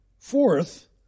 Fourth